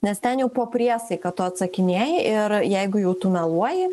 nes ten jau po priesaika tu atsakinėji ir jeigu jau tu meluoji